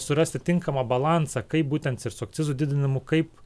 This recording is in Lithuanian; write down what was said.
surasti tinkamą balansą kaip būtent ir su akcizų didinimu kaip